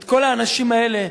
את כל האנשים האלה,